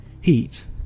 Heat